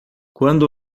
quando